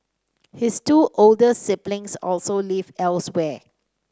his two older siblings also live elsewhere